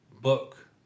book